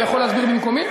הוא יכול להסביר במקומי?